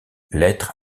lettre